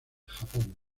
japón